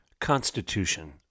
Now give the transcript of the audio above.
Constitution